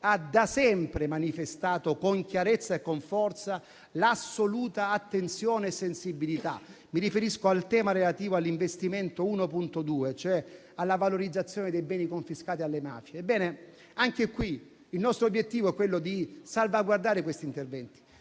ha da sempre manifestato con chiarezza e con forza assoluta attenzione e sensibilità. Mi riferisco al tema relativo all'investimento 1.2, cioè alla valorizzazione dei beni confiscati alle mafie. Ebbene, anche qui il nostro obiettivo è quello di salvaguardare questi interventi,